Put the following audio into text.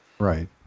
Right